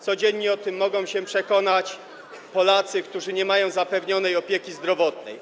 Codziennie o tym mogą się przekonać Polacy, którzy nie mają zapewnionej opieki zdrowotnej.